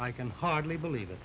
i can hardly believe it